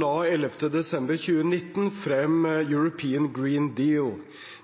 la 11. desember 2019 frem European Green Deal.